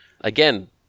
Again